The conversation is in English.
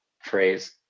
phrase